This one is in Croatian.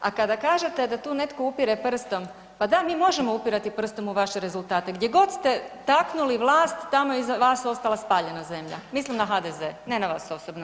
A kada kažete da tu netko upire prstom, pa da mi možemo upirati prstom u vaše rezultate, gdje god ste taknuli vlast tamo je iza vas ostala spaljena zemlja, mislim na HDZ, ne na vas osobno.